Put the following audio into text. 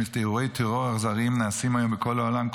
אירועי טרור אכזריים נעשים היום בכל העולם,